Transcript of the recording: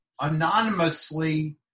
anonymously